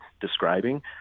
describing